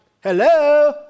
Hello